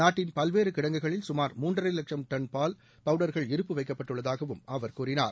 நாட்டின் பல்வேறு கிடங்குகளில் சுமார் மூன்றரை லட்சம் டன் பால் பவுடர்கள் இருப்பு வைக்க்ப்பட்டு உள்ளதாகவும் அவர் கூறினார்